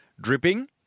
dripping